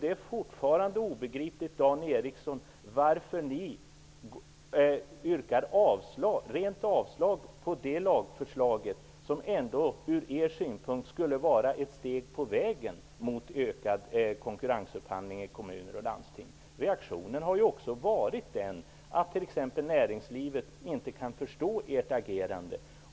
Det är fortfarande obegripligt, Dan Eriksson, varför ni yrkar rent avslag på lagförslaget, som ändå från er synpunkt skulle vara ett steg på vägen mot ökad konkurrensupphandling i kommuner och landsting. Reaktionen från näringslivet är att man inte kan förstå ert agerande.